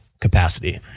capacity